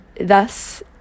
thus